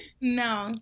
No